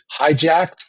hijacked